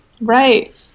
right